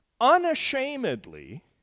unashamedly